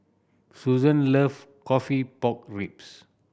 Susan love coffee pork ribs